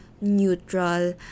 neutral